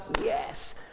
yes